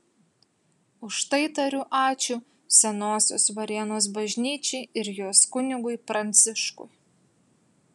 už tai tariu ačiū senosios varėnos bažnyčiai ir jos kunigui pranciškui